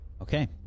Okay